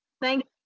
thank